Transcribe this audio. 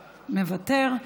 מוותר.